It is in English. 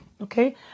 Okay